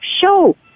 show